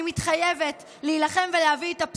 אני מתחייבת להילחם ולהביא לקדמת הבמה את